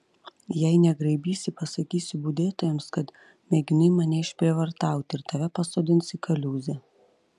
jei negraibysi pasakysiu budėtojams kad mėginai mane išprievartauti ir tave pasodins į kaliūzę